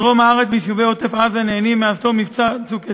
דרום הארץ ויישובי עוטף-עזה נהנים מאז תום מבצע "צוק איתן"